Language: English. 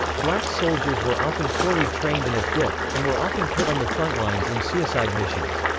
black soldiers were often poorly trained and equipped, and were often put on the frontlines in suicide missions.